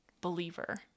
believer